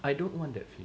I don't want that feeling